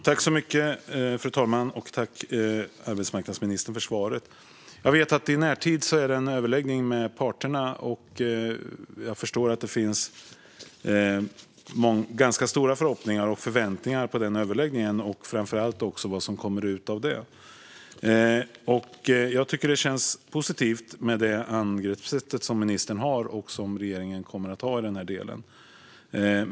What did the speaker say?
Fru talman! Jag vill tacka arbetsmarknadsministern för svaret. Jag vet att det i närtid ska hållas en överläggning med parterna. Jag förstår att det finns ganska stora förhoppningar och förväntningar på den, och framför allt på vad som kommer ut av den. Det angreppssätt som ministern och regeringen har känns positivt.